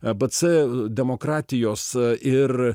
a b c demokratijos ir